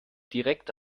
direkt